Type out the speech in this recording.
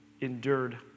endured